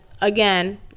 again